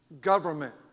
government